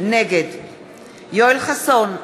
נגד יואל חסון,